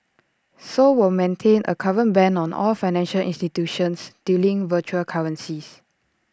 Seoul will maintain A current ban on all financial institutions dealing virtual currencies